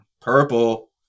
Purple